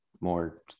more